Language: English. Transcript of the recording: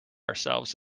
ourselves